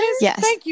yes